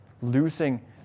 losing